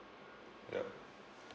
yup